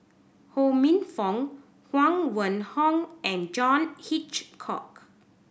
Ho Minfong Huang Wenhong and John Hitchcock